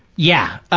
yeah.